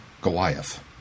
Goliath